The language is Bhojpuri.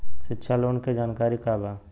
शिक्षा लोन के जानकारी का बा?